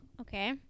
Okay